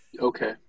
Okay